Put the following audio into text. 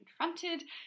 confronted